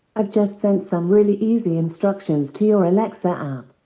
i've just sent some really easy instructions to your alexa app.